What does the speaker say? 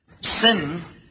Sin